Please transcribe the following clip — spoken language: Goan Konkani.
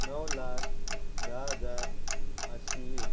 णव लाख धा हजार पांचशें एक